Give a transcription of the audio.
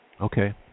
Okay